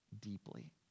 deeply